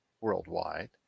worldwide